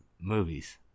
movies